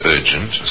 Urgent